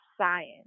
science